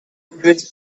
hundreds